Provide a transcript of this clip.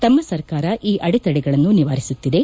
ತಮ್ಮ ಸರ್ಕಾರ ಈ ಅಡೆತಡೆಗಳನ್ನು ನಿವಾರಿಸುತ್ತಿದೆ